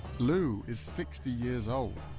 lou is sixty years old,